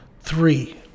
three